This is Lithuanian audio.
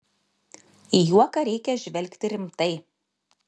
į juoką reikia žvelgti rimtai